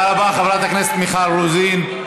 תודה רבה, חברת הכנסת מיכל רוזין.